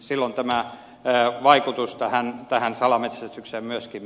silloin vaikutus salametsästykseen myöskin